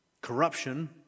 corruption